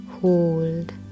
hold